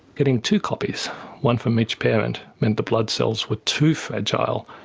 getting two copies one from each parent, meant the blood cells were too fragile,